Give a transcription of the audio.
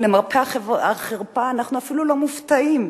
למרבה החרפה, אנחנו אפילו לא מופתעים.